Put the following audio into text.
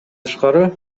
тышкары